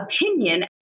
opinion